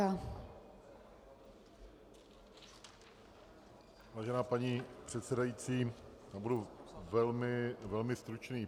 Vážená paní předsedající, budu velmi, velmi stručný.